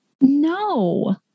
No